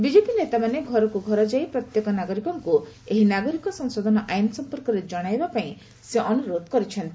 BJP ନେତାମାନେ ଘରକୁ ଘର ଯାଇ ପ୍ରତ୍ୟେକ ନାଗରିକଙ୍କୁ ଏହି ନାଗରିକ ସଂଶୋଧନ ଆଇନ ସମ୍ପର୍କରେ ଜଣାଇବା ପାଇଁ ସେ ଅନୁରୋଧ କରିଛନ୍ତି